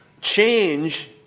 Change